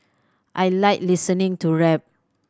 I like listening to rap